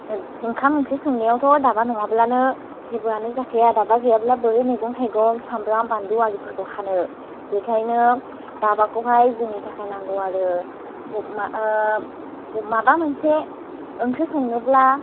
ओंखाम ओंख्रि संनायावथ' दाबा नङाब्लानो जेबोआनो जाखाया दाबा गैयाब्ला बोरै मैगं थायगं सामब्राम बानलु आरिफोरखौ हानो बेखायनो दाबाखौहाय जोंनि थाखाय नांगौ आरो माबा मोनसे ओंख्रि संनोब्ला